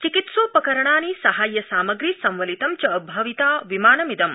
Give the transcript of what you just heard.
चिकित्सोपकरणानि साहाय्य सामग्री संवलितं च भविता विमानमिदम्